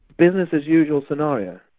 business as usual scenario.